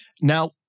Now